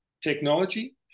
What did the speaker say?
technology